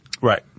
Right